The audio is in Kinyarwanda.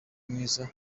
mwiza